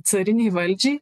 carinei valdžiai